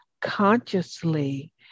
consciously